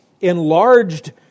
enlarged